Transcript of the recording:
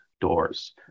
doors